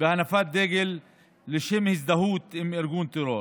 בהנפת דגל לשם הזדהות עם ארגון טרור.